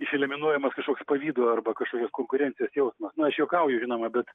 išeliminuojamas kažkoks pavydo arba kažkokios konkurencijos jausmas na aš juokauju žinoma bet